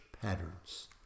patterns